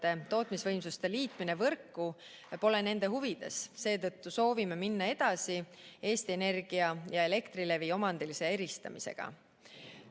tootmisvõimsuste liitmine võrku pole nende huvides. Seetõttu soovime minna edasi Eesti Energia ja Elektrilevi omandilise eristamisega.